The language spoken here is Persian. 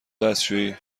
دستشویی